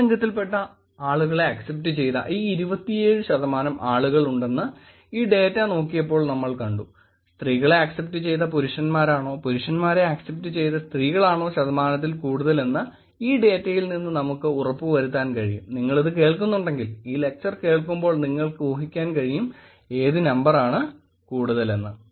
എതിർലിംഗത്തിൽപെട്ട ആളുകളെ അക്സെപ്റ്റ് ചെയ്ത ഈ 27 ശതമാനം ആളുകൾ ഉണ്ടെന്ന് ഈ ഡേറ്റ നോക്കിയപ്പോൾ നമ്മൾ കണ്ടു സ്ത്രീകളെ അക്സെപ്റ്റ് ചെയ്ത പുരുഷന്മാരാണോ പുരുഷന്മാരെ അക്സെപ്റ്റ് ചെയ്ത സ്ത്രീകളാണോ ശതമാനത്തിൽ കൂടുതൽ എന്ന് ഈ ഡേറ്റയിൽ നിന്ന് നമുക്ക് ഉറപ്പുവരുത്താൻ കഴിയും നിങ്ങളിത് കേൾക്കുന്നുണ്ടെകിൽ ഈ ലെക്ചർ കേൾക്കുമ്പോൾ നിങ്ങൾക്ക് ഊഹിക്കാൻ കഴിയും ഏത് നമ്പർ ആണ് കൂടുതലെന്ന്